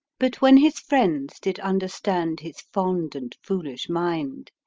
but when his friendes did understand his fond and foolish minde,